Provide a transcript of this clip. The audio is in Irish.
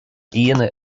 aíonna